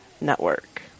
network